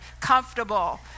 comfortable